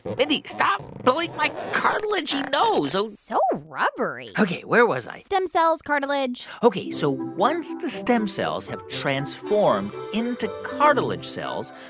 mindy, stop pulling my cartilagey nose so so rubbery ok, where was i? stem cells, cartilage ok. so once the stem cells have transformed into cartilage cells,